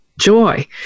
Joy